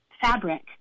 fabric